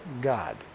God